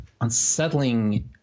unsettling